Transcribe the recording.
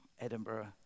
Edinburgh